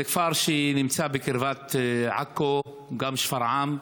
זה כפר שנמצא בקרבת עכו, גם שפרעם,